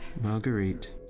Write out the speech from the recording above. Marguerite